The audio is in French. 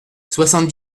soixante